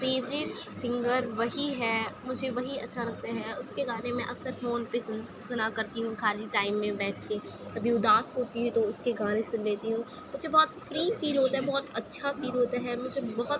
favourite singer وہی ہے مجھے وہی اچّھا لگتا ہے اس کے گانے میں اکثر فون پہ سن سنا کرتی ہوں خالی ٹائم میں بیٹھ کے کبھی اداس ہوتی ہوں تو اس کے گانے سن لیتی ہوں مجھے بہت فری فیل ہوتا ہے بہت اچّھا فیل ہوتا ہے مجھے بہت